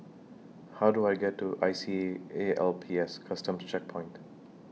How Do I get to I C A A L P S Customs Checkpoint